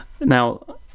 now